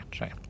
right